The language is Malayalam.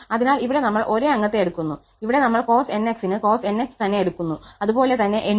അതിനാൽ ഇവിടെ നമ്മൾ ഒരേ അംഗത്തെ എടുക്കുന്നു ഇവിടെ നമ്മൾ cos 𝑛𝑥 ന് cos 𝑛𝑥 തന്നെ എടുക്കുന്നു അതുപോലെ തന്നെ 𝑛 ഉം